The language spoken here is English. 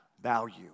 value